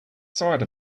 side